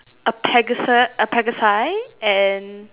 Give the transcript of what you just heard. a pegasus a pegasi and